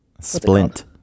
splint